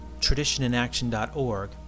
TraditionInAction.org